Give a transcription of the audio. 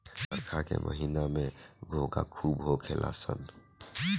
बरखा के महिना में घोंघा खूब होखेल सन